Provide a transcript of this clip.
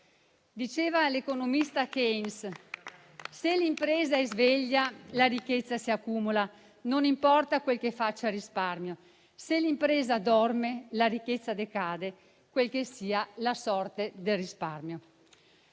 affermava che «se l'impresa è sveglia, la ricchezza si accumula, non importa quel che faccia il risparmio; se l'impresa dorme, la ricchezza decade, qual che sia la sorte del risparmio».